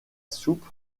soupe